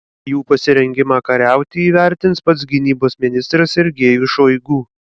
jų pasirengimą kariauti įvertins pats gynybos ministras sergejus šoigu